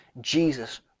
Jesus